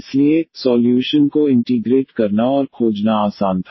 इसलिए सॉल्यूशन को इंटीग्रेट करना और खोजना आसान था